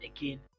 again